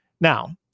Now